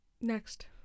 Next